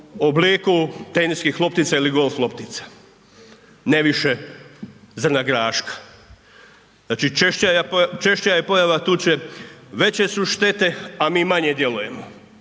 obliku teniskih loptica ili golf loptica, ne više zrna graška. Znači češća je pojava tuče, veće su štete a mi manje djelujemo,